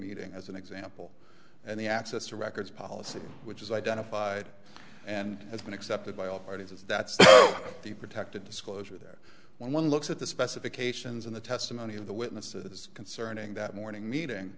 meeting as an example and the access to records policy which is identified and has been accepted by all parties if that's the protected disclosure there when one looks at the specifications and the testimony of the witnesses concerning that morning meeting